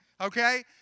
okay